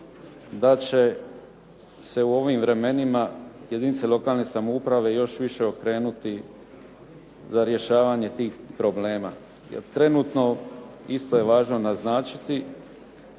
da će se u ovim vremenima jedinice lokalne samouprave još više okrenuti za rješavanje tih problema. Jer trenutno, isto je važno naznačiti